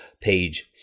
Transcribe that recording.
page